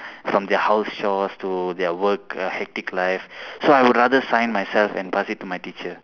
from their house chores to their work err hectic life so I would rather sign myself and pass it to my teacher